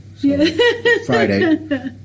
Friday